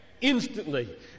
instantly